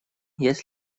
есть